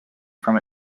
from